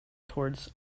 towards